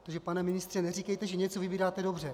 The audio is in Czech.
Takže pane ministře, neříkejte, že něco vybíráte dobře.